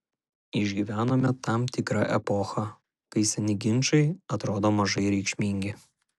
išgyvenome tam tikrą epochą kai seni ginčai atrodo mažai reikšmingi